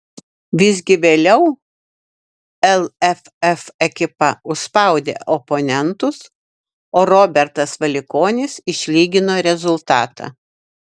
visgi vėliau lff ekipa užspaudė oponentus o robertas valikonis išlygino rezultatą